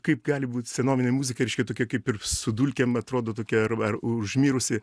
kaip gali būt senovinė muzika reiškia tokia kaip ir su dulkėm atrodo tokia ar ar užmirusi